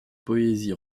poésie